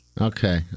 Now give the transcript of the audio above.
okay